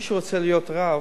מי שרוצה להיות רב,